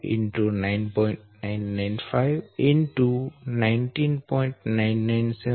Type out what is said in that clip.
99713 12